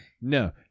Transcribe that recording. No